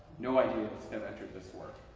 no ideas and entered this work.